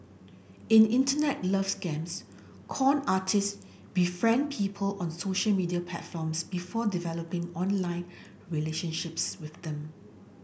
in Internet love scams con artist befriend people on social media platforms before developing online relationships with them